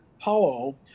Apollo